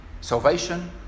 Salvation